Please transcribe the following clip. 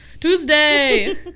Tuesday